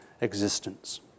existence